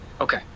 Okay